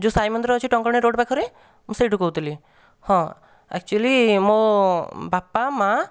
ଯେଉଁ ସାଇ ମନ୍ଦିର ଅଛି ଟଙ୍କପାଣି ରୋଡ଼ ପାଖରେ ମୁଁ ସେଇଠୁ କହୁଥିଲି ହଁ ଆକଚୁଆଲି ମୋ ବାପା ମା